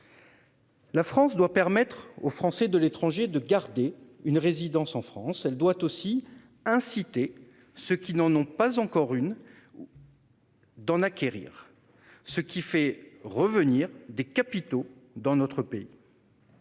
La France doit permettre aux Français de l'étranger de garder une résidence en France. Elle doit aussi inciter ceux qui n'en ont pas encore d'en acquérir une, ce qui ferait revenir des capitaux français dans notre pays.